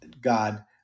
god